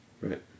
Right